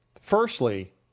Firstly